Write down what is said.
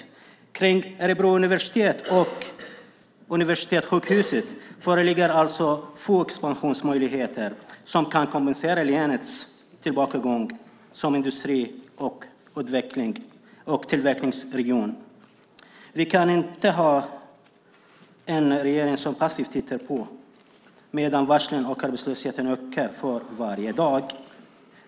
För Örebro universitet och Universitetssjukhuset föreligger få expansionsmöjligheter som kan kompensera länets tillbakagång som industri och tillverkningsregion. Vi kan inte ha en regering som passivt tittar på medan varslen och arbetslösheten ökar för varje dag.